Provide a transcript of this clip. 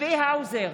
צבי האוזר,